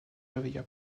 réveilla